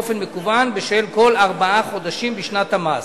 באופן מקוון בשל כל ארבעה חודשים בשנת המס.